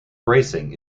bracing